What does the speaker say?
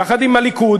יחד עם הליכוד,